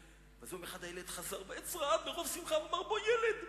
ואז יום אחד הילד חזר והעץ רעד מרוב שמחה ואמר: 'בוא ילד,